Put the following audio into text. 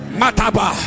mataba